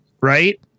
right